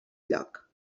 lloc